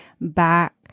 back